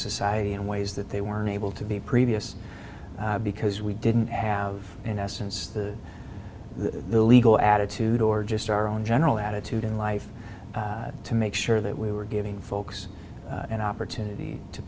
society in ways that they were unable to be previous because we didn't have in essence the the legal attitude or just our own general attitude in life to make sure that we were giving folks an opportunity to